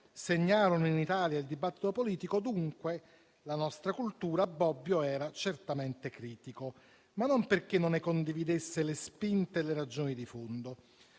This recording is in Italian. segnarono in Italia il dibattito politico, dunque la nostra cultura, Bobbio era certamente critico, ma non perché non ne condividesse le spinte e le ragioni di fondo: